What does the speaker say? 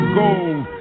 gold